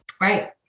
right